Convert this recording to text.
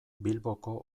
bilboko